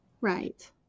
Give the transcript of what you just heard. Right